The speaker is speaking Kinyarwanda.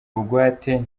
bugwate